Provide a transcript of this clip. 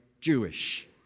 Jewish